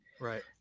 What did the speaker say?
right